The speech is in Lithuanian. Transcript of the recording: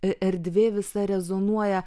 erdvė visa rezonuoja